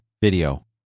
video